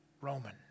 Roman